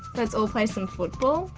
let's all play some football.